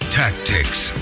tactics